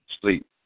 Sleep